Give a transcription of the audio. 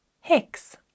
Hex